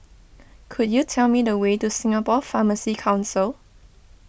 could you tell me the way to Singapore Pharmacy Council